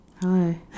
Hi